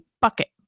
bucket